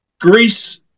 greece